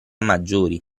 maggiori